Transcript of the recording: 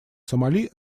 сомали